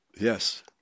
Yes